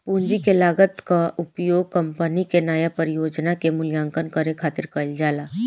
पूंजी के लागत कअ उपयोग कंपनी के नया परियोजना के मूल्यांकन करे खातिर कईल जाला